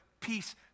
peace